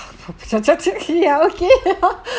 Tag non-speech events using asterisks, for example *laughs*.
*laughs* *laughs* ya okay